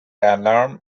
alarm